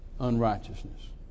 unrighteousness